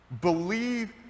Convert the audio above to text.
believe